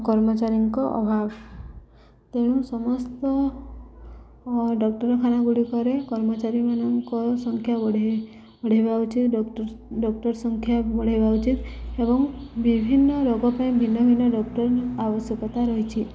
କର୍ମଚାରୀଙ୍କ ଅଭାବ ତେଣୁ ସମସ୍ତ ଡାକ୍ତରଖାନା ଗୁଡ଼ିକରେ କର୍ମଚାରୀ ମାନଙ୍କ ସଂଖ୍ୟା ବଢ଼ାଇ ବଢ଼ାଇବା ଉଚିତ ଡକ୍ଟର ସଂଖ୍ୟା ବଢ଼ାଇବା ଉଚିତ ଏବଂ ବିଭିନ୍ନ ରୋଗ ପାଇଁ ଭିନ୍ନ ଭିନ୍ନ ଡକ୍ଟର ଆବଶ୍ୟକତା ରହିଛି